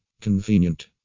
Convenient